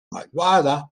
malvada